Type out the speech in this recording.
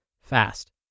fast